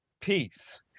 peace